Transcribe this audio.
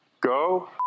go